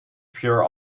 pure